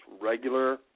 regular